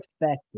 effective